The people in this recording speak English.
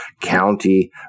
county